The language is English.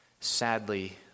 sadly